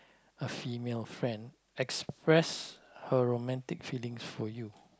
a female friend express her romantic feelings for you